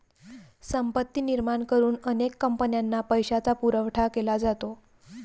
संपत्ती निर्माण करून अनेक कंपन्यांना पैशाचा पुरवठा केला जातो